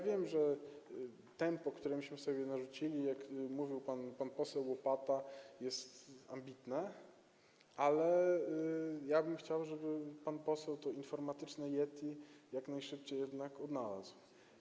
Wiem, że tempo, które sobie narzuciliśmy, jak mówił pan poseł Łopata, jest ambitne, ale ja bym chciał, żeby pan poseł to informatyczne Yeti jak najszybciej jednak odnalazł.